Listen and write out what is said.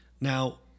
Now